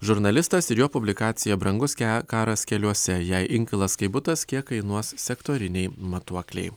žurnalistas ir jo publikacija brangus ke karas keliuose jei inkilas kaip butas kiek kainuos sektoriniai matuokliai